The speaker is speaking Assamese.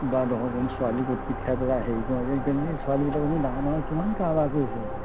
বা দহজনী ছোৱালীক আজিকালি ছোৱালীবিলাকে ডাঙৰ ডাঙৰ কিমান কাৰবাৰ কৰিছে